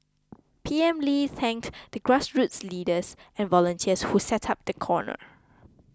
P M Lee thanked the grassroots leaders and volunteers who set up the corner